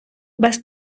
без